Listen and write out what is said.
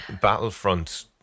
Battlefront